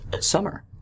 summer